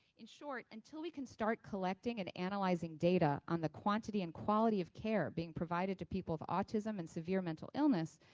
in short, until we can start collecting and analyzing data on the quantity and quality of care being provided to people with autism and severe mental illness,